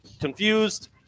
Confused